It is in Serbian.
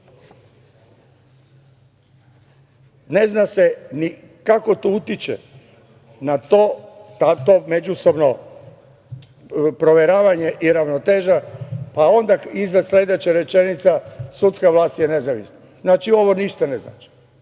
zna se ni kako to utiče na to, to međusobno proveravanje i ravnoteža, pa onda iza sledeća rečenica – sudska vlast je nezavisna. Znači, ovo ništa ne znači.